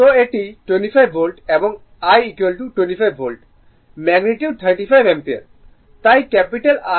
তো এটি 25 ভোল্ট এবং I 25 ভোল্ট ম্যাগনিটিউড 35 অ্যাম্পিয়ার তাই ক্যাপিটাল R 0714 Ω